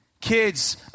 Kids